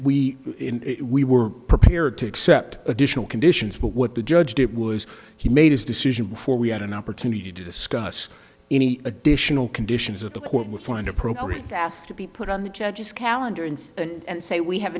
we we were prepared to accept additional conditions but what the judge did was he made his decision before we had an opportunity to discuss any additional conditions of the court would find appropriate to ask to be put on the judge's calendar and and say we have